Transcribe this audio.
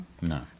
No